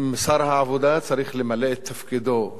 שר העבודה צריך למלא את תפקידו,